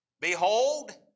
Behold